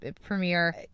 premiere